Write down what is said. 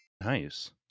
Nice